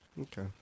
Okay